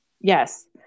Yes